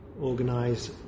organise